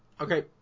okay